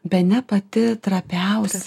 bene pati trapiausia